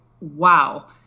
wow